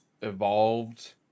evolved